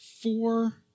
Four